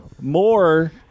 more